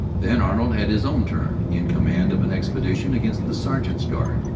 then arnold had his own turn, in command of an expedition against the sergeant's guard,